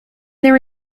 their